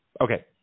Okay